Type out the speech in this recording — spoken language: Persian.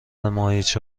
ماهیچه